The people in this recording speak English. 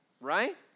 Right